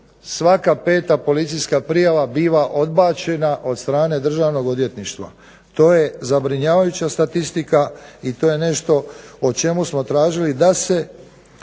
Svaka 5. policijska prijava biva odbačena od strane Državnog odvjetništva. To je zabrinjavajuća statistika i to je nešto o čemu smo tražili da se